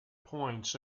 points